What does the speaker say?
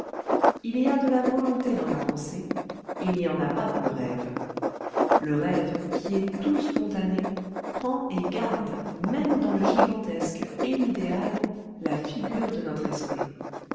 il y a de la volonté dans la pensée il n'y en a pas dans le rêve le rêve qui est tout spontané prend et garde même dans le gigantesque et l'idéal la figure de notre esprit